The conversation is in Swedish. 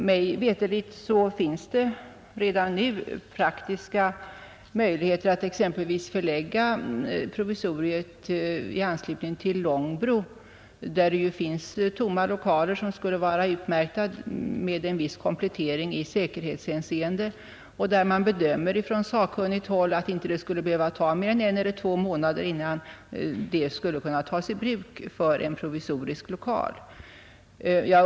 Mig veterligt föreligger redan nu praktiska möjligheter att exempelvis förlägga provisoriet i anslutning till Långbro, där det finns tomma lokaler som skulle vara utmärkta med en viss komplettering i säkerhetshänseende. På sakkunnigt håll anser man att det inte skulle behövas mer än två, tre månader innan de lokalerna skulle kunna tas i bruk som ett provisorium.